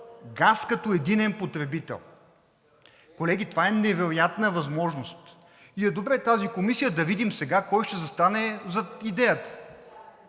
газ като единен потребител. Колеги, това е невероятна възможност и е добре тази комисия да видим кой ще застане зад идеята.